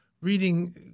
reading